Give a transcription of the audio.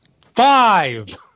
five